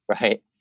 right